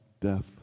Death